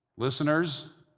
listeners,